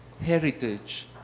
heritage